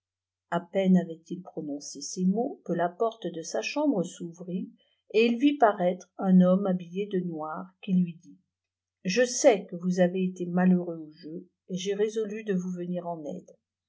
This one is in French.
a peine avait-il prononcé ces mots que la porte de sa cham bre s'ouvrit et il vit paraître un homme habillé de noir qui lui dit r c je sais ue vous avez été malheureux au jeu et j'ai résolu de vous venir eh aide